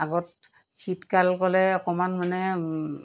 আগত শীতকাল ক'লে অকণমান মানে